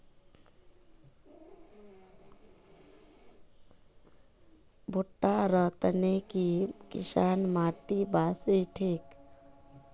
भुट्टा र तने की किसम माटी बासी ठिक?